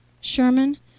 Sherman